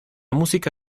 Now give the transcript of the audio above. música